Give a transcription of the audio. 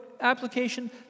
application